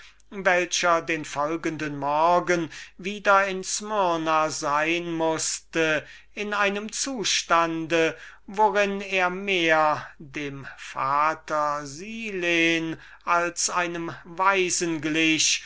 welcher den folgenden morgen wieder in smirna sein mußte in einem zustande worin er mehr dem vater silen als einem weisen